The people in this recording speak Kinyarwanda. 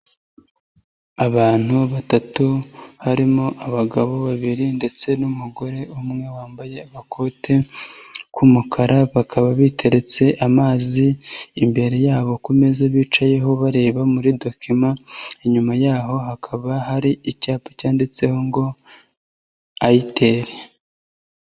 Abantu batatu harimo abagabo babiri ndetse n'umugore umwe wambaye agakote k'umukara, bakaba biteretse amazi imbere yabo ku meza, bicaye bareba muri dokima, inyuma yaho hakaba hari icyapa cyanditseho ngo Airtel.